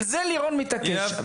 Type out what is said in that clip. על זה לירון מתעקש.